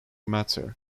matter